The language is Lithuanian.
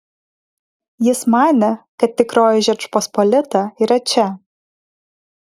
jis manė kad tikroji žečpospolita yra čia